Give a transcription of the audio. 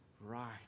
right